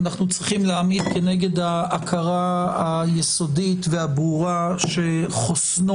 אנחנו צריכים להעמיד כנגד ההכרה היסודית והברורה שחוסנו